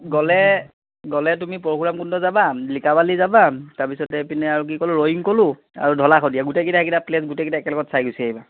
গ'লে গ'লে তুমি পৰশুৰাম কুণ্ড যাবা লিকাবালি যাবা তাৰপিতে এইপিনে আৰু কি ক'লো ৰয়িং ক'লো আৰু ঢলা শদিয়া গোটেইটা এইকেটো প্লেচ গোটেইকেইটা একেলগত চাই গুচি আহিবা